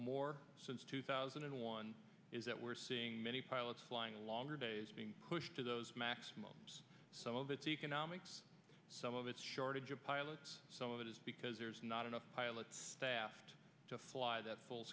more since two thousand and one is that we're seeing many pilots flying longer days being pushed to those max some of its economics some of it's shortage of pilots some of it is because there's not enough pilots staffed to fly that full